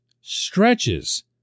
stretches